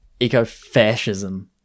ecofascism